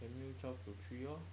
can meet you twelve to three lor